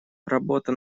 работа